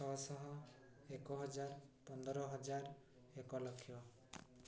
ଛଅଶହ ଏକ ହଜାର ପନ୍ଦର ହଜାର ଏକଲକ୍ଷ